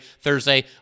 Thursday